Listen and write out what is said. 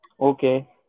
Okay